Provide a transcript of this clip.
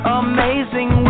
amazing